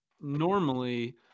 normally